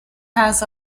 has